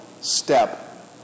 step